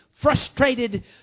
frustrated